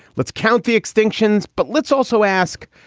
let's count the extinctions. but let's also ask.